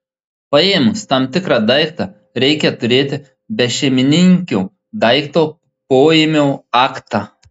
paėmus tam tikrą daiktą reikia turėti bešeimininkio daikto poėmio aktą